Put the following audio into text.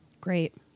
great